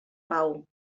pau